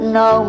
no